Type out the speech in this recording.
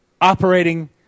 operating